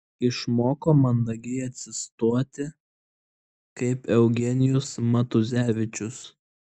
išmoko mandagiai asistuoti kaip eugenijus matuzevičius